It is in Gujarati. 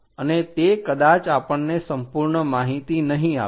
અને તે કદાચ આપણને સંપૂર્ણ માહિતી નહીં આપે